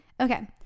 okay